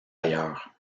ailleurs